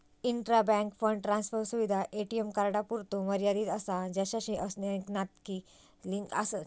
intra bank fund transfer सुविधा ATM कार्डांपुरतो मर्यादित असा ज्याचाशी अनेक खाती लिंक आसत